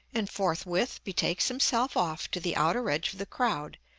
and forthwith betakes himself off to the outer edge of the crowd,